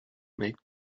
make